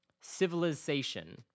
Civilization